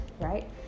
right